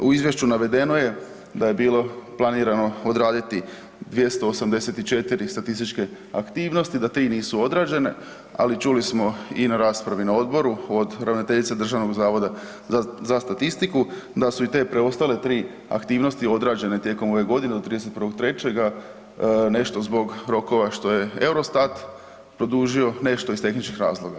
U izvješću navedeno je da je bilo planirano odraditi 284 statističke aktivnosti, da 3 nisu odrađene, ali čuli smo i na raspravi na odboru od ravnateljice DZS-a da su i te preostale tri aktivnosti odrađene tijekom ove godine do 31.3., nešto zbog rokova što je Eurostat produžio, nešto iz tehničkih razloga.